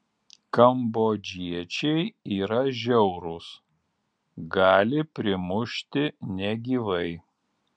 kambodžiečiai yra žiaurūs gali primušti negyvai